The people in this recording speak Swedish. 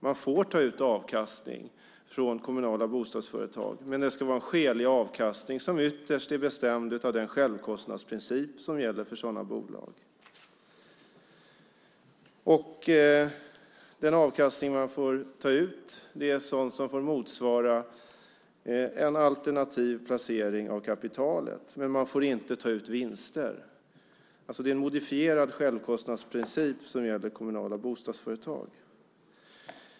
Man får ta ut avkastning från kommunala bostadsföretag, men det ska vara en skälig avkastning som ytterst är bestämd av den självkostnadsprincip som gäller för sådana bolag. Den avkastning man får ta ut får motsvara en alternativ placering av kapitalet, men man får inte ta ut vinster. Det är alltså en modifierad självkostnadsprincip som gäller kommunala bostadsföretag.